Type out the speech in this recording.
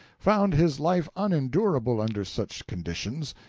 found his life unendurable under such conditions,